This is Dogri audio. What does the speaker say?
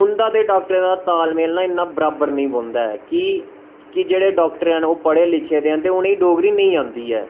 उंदा ते डाक्टरें दा तालमेल बराबर नी बौंह्दा ऐ कि के जेह्ड़े डाक्टर न पढ़े लिखे दे न ते उनेंगी डोगरी नेंई आंदी ऐ